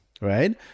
right